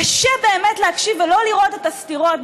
קשה באמת להקשיב ולא לראות את הסתירות.